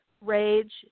rage